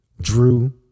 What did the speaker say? Drew